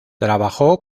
trabajó